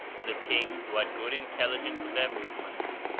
the king, who had good intelligence of their movements,